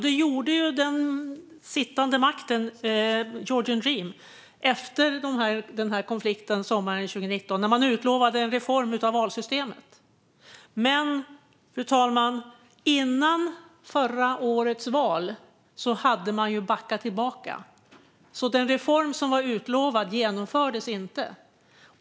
Det gjorde det sittande maktpartiet Georgian Dream efter konflikten sommaren 2019. Man utlovade en reformering av valsystemet. Men innan förra årets val hade man backat tillbaka. Den reform som var utlovad genomfördes inte.